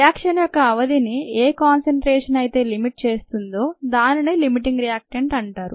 reaction యొక్క అవధిని ఏ కాన్సన్ట్రేషన్ అయితే లిమిట్ చేస్తుందో దానిని లిమిటింగ్ రియాక్టెంట్ అంటారు